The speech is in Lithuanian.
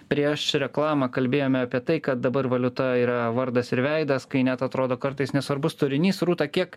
prieš reklamą kalbėjome apie tai kad dabar valiuta yra vardas ir veidas kai net atrodo kartais nesvarbus turinys rūta kiek